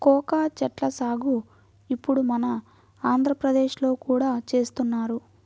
cocoa చెట్ల సాగు ఇప్పుడు మన ఆంధ్రప్రదేశ్ లో కూడా చేస్తున్నారు